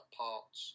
parts